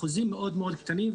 אחוזים מאוד מאוד בודדים,